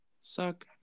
Suck